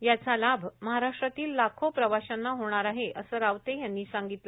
याचा लाभ महाराष्ट्रातील लाखो प्रवाशांना होणार असे असं रावते यांनी सांगितलं